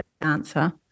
answer